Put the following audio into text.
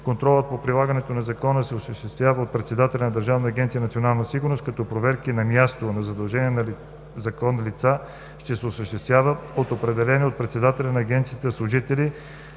Контролът по прилагането на Закона се осъществява от председателя на Държавна агенция „Национална сигурност“, като проверки на място на задължените по Закон лица ще се осъществяват от определени от председателя на Агенцията служители